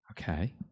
okay